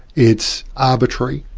it's arbitrary,